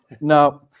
No